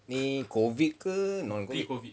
ni COVID ke no